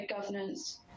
governance